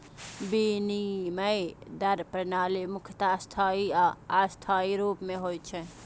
विनिमय दर प्रणाली मुख्यतः स्थायी आ अस्थायी रूप मे होइ छै